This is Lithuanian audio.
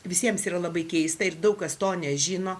visiems yra labai keista ir daug kas to nežino